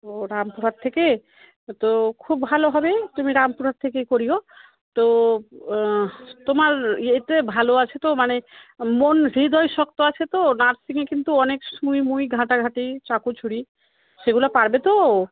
ও রামপুরহাট থেকে তো খুব ভালো হবে তো তুমি রামপুরহাট থেকে করিও তো তোমার ইয়েতে ভালো আছে তো মানে মন হৃদয় শক্ত আছে তো নার্সিংয়ে কিন্তু অনেক সূই মুই ঘাঁটাঘাঁটি চাকু ছুরি সেগুলা পারবে তো